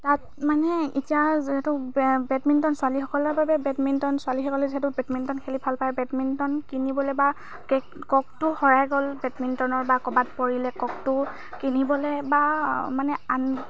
তাত মানে এতিয়া যিহেতু বে বেডমিণ্টন ছোৱালীসকলৰ বাবে বেটমিণ্টন ছোৱালীসকলে যিহেতু বেটমিণ্টন খেলি ভাল পায় বেটমিণ্টন কিনিবলৈ বা কে ককটো হেৰাই গ'ল বেটমিণ্টনৰ বা ক'ৰবাত পৰিলে ককটো কিনিবলৈ বা মানে আন